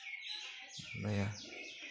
ᱢᱮᱱᱮᱭᱟ